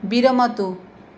विरमतु